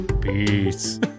Peace